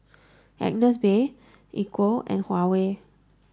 Agnes B Equal and Huawei